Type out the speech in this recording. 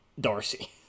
darcy